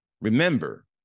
Remember